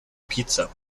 pizza